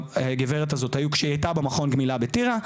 הגברת הזאת היו כשהיא הייתה במכון הגמילה בטירה,